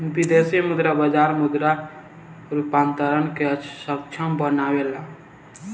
विदेशी मुद्रा बाजार मुद्रा रूपांतरण के सक्षम बनावेला